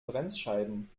bremsscheiben